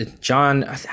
John